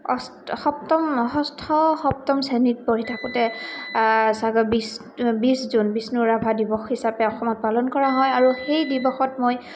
সপ্তম ষষ্ঠ সপ্তম শ্ৰেণীত পঢ়ি থাকোঁতে বিছ জুন বিষ্ণু ৰাভা দিৱস হিচাপে অসমত পালন কৰা হয় আৰু সেই দিৱসত মই